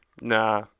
nah